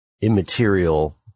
immaterial